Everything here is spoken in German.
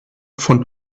von